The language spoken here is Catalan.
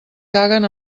caguen